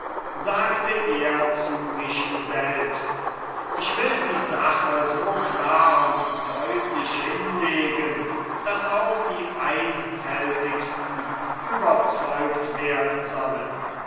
sagte er zu sich selbst ich will die sache so klar und deutlich hinlegen daß auch die einfältigsten überzeugt werden sollen